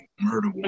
Murder